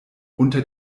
unter